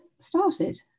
started